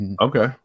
okay